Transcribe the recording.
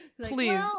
Please